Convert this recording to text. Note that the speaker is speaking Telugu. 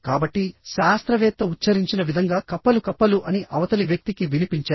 కాబట్టిశాస్త్రవేత్త ఉచ్ఛరించిన విధంగా కప్పలు కప్పలు అని అవతలి వ్యక్తికి వినిపించాయి